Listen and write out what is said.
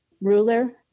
ruler